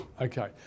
Okay